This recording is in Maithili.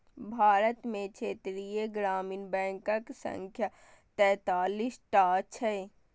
भारत मे क्षेत्रीय ग्रामीण बैंकक संख्या तैंतालीस टा छै